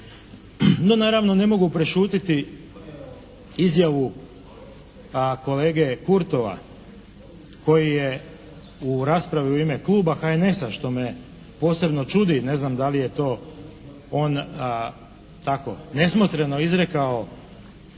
No naravno, ne mogu prešutiti izjavu kolege Kurtova koji je u raspravi u ime kluba HNS-a što me posebno čudi, ne znam da li je to on tako nesmotreno izrekao